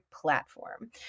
platform